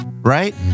right